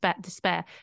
despair